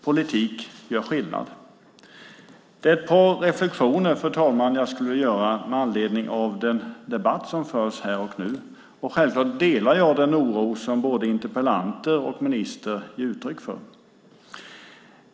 Politik gör skillnad. Fru talman! Jag skulle vilja göra ett par reflexioner med anledning av den debatt som förs här och nu. Självklart delar jag den oro som både interpellanter och minister ger uttryck för.